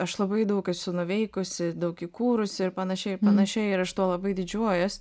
aš labai daug esu nuveikusi daug įkūrusi ir panašiai ir panašiai ir aš tuo labai didžiuojuos